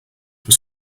were